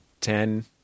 ten